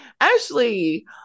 Ashley